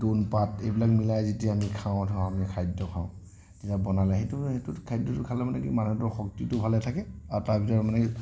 দ্ৰোণ পাত এইবিলাক মিলাই যেতিয়া আমি খাওঁ ধৰ আমি খাদ্য খাওঁ তেতিয়া বনালে সেইটো সেইটো খাদ্যটো খালে মানে কি মানুহটোৰ শক্তিটো ভালে থাকে আৰু তাৰ ভিতৰত মানে কি